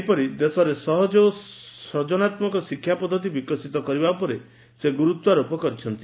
ସେହିପରି ଦେଶରେ ସହଜ ଓ ସର୍ଜନାମ୍କ ଶିକ୍ଷା ପଦ୍ଧତି ବିକଶିତ କରିବା ଉପରେ ସେ ଗୁରୁତ୍ୱାରୋପ କରିଛନ୍ତି